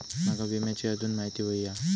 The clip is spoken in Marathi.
माका विम्याची आजून माहिती व्हयी हा?